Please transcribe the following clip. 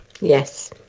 Yes